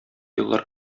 еллар